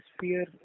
fear